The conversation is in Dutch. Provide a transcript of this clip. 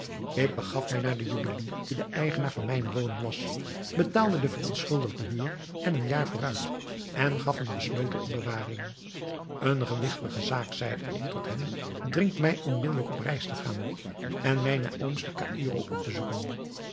ik begaf mij naar den juwelier die de eigenaar van mijne woning was betaalde de verschuldigde huur en een jaar vooruit en gaf hem den sleutel in bewaring eene gewigtige zaak zeide ik tot hem dringt mij onmiddelijk op reis te gaan en mijne ooms te caïro op te zoeken